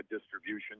distribution